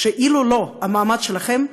אילולא המעמד שלכם,